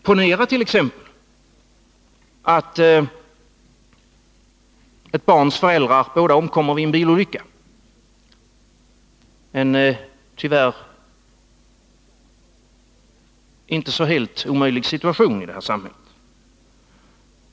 Ponera t.ex. att ett barns föräldrar båda omkommer i en bilolycka, en tyvärr inte så helt omöjlig situation i det här samhället.